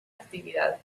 actividad